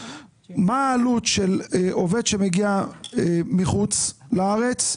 מה העלות של עובד שמגיע מחוץ לארץ.